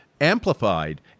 amplified